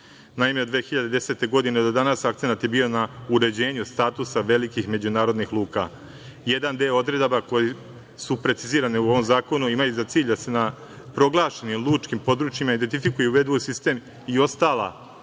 Naime, 2010. godine do danas akcenat je bio na uređenju statusa velikih međunarodnih luka. Jedan deo odredaba koje su precizirane u ovom zakonu imaju za cilj da se na proglašenim lučkim područjima identifikuju i uvedu u sistem i ostala